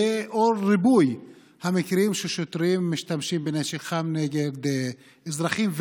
לנוכח ריבוי המקרים שבהם שוטרים משתמשים בנשק חם נגד אזרחים,